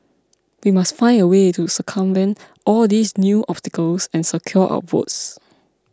we must find a way to circumvent all these new obstacles and secure our votes